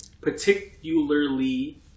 particularly